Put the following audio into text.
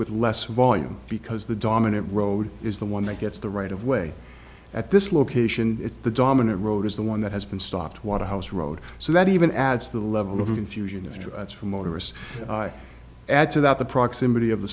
with less volume because the dominant road is the one that gets the right of way at this location the dominant road is the one that has been stopped waterhouse road so that even adds to the level of confusion of threats from motorists i add to that the proximity of the